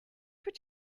would